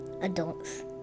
adults